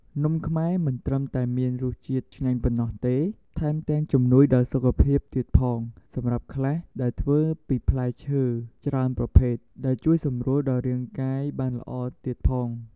នំខ្មែរមិនត្រឹមតែមានរសជាតិឆ្ងាញ់ប៉ុណ្ណោះទេថែមទាំងជំនួយទៅដល់សុខភាពទៀតផងសម្រាប់ខ្លះដែលធ្វើពីផ្លែឈើច្រើនប្រភេទដែលជួយសម្រួលដល់រាងកាយបានល្អទៀតផង។